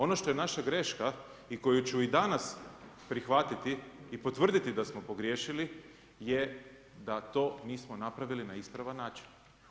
Ono što je naša greška i koju ću i danas prihvatiti i potvrditi da smo pogriješili je da to nismo napravili na ispravan način.